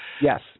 Yes